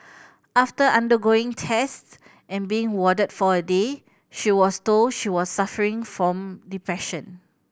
after undergoing tests and being warded for a day she was told she was suffering from depression